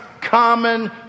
common